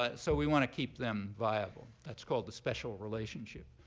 but so we want to keep them viable. that's called the special relationship.